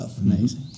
Amazing